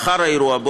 לאחר האירוע,